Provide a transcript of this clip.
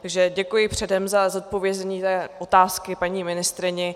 Takže děkuji předem za zodpovězení té otázky paní ministryni.